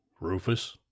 Rufus